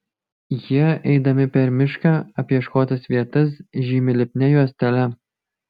jie eidami per mišką apieškotas vietas žymi lipnia juostele